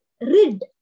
rid